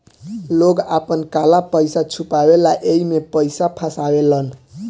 लोग आपन काला पइसा छुपावे ला एमे पइसा फसावेलन